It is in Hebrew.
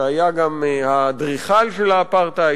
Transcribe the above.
שהיה גם האדריכל של האפרטהייד.